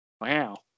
Wow